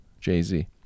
Jay-Z